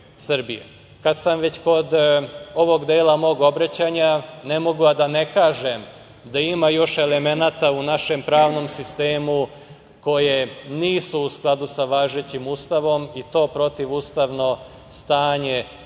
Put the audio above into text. sam već kod ovog dela mog obraćanja ne mogu, a da na kažem da ima još elemenata u našem pravnom sistemu koje nisu u skladu sa važećim Ustavom i to protivustavno stanje traje